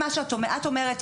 את אומרת,